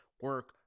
Work